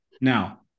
Now